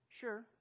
Sure